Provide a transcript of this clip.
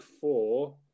four